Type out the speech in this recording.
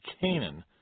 Canaan